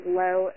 low